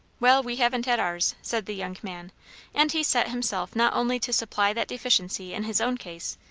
well, we haven't had ours, said the young man and he set himself not only to supply that deficiency in his own case,